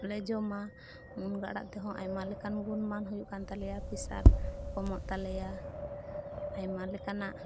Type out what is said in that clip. ᱞᱮ ᱡᱚᱢᱟ ᱢᱩᱱᱜᱟᱹ ᱟᱲᱟᱜ ᱛᱮᱦᱚᱸ ᱟᱭᱢᱟ ᱞᱮᱠᱟᱱ ᱜᱩᱱᱢᱟᱱ ᱦᱩᱭᱩᱜ ᱠᱟᱱ ᱛᱟᱞᱮᱭᱟ ᱯᱮᱥᱟᱨ ᱠᱚᱢᱚᱜ ᱛᱟᱞᱮᱭᱟ ᱟᱭᱢᱟ ᱞᱮᱠᱟᱱᱟᱜ